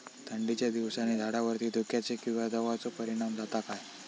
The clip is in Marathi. थंडीच्या दिवसानी झाडावरती धुक्याचे किंवा दवाचो परिणाम जाता काय?